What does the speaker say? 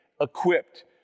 equipped